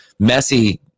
Messi